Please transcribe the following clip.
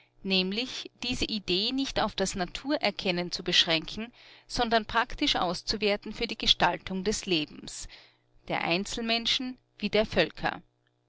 nämlich diese idee nicht auf das naturerkennen zu beschränken sondern praktisch auszuwerten für die gestaltung des lebens der einzelmenschen wie der völker